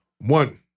One